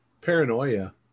Paranoia